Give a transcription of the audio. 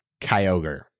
kyogre